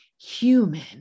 human